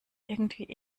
irgendwie